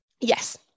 Yes